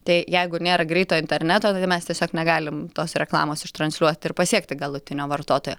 tai jeigu nėra greito interneto tai mes tiesiog negalim tos reklamos ištransliuot ir pasiekti galutinio vartotojo